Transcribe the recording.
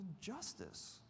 justice